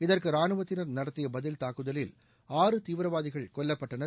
இதற்கு ராணுவத்தினர் நடத்திய பதில் தாக்குதவில் ஆறு தீவிரவாதிகள் கொல்லப்பட்டனர்